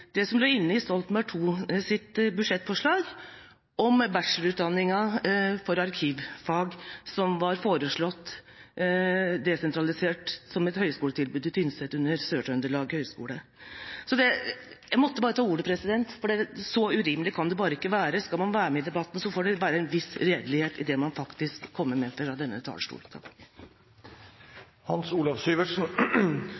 inne i Stoltenberg IIs budsjettforslag om bachelorutdanningen for arkivfag, som var foreslått som et desentralisert høgskoletilbud på Tynset under Høgskolen i Sør-Trøndelag. Jeg måtte bare ta ordet, for så urimelig kan en bare ikke være. Skal man være med i debatten, får det være en viss redelighet i det man faktisk kommer med fra denne talerstol.